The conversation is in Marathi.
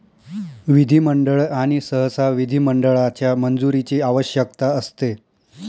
विधिमंडळ आणि सहसा विधिमंडळाच्या मंजुरीची आवश्यकता असते